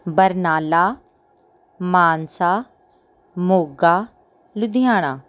Barnala Mansa Moga Ludhiana